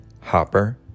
hopper